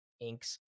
inks